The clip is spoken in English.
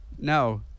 No